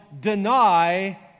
deny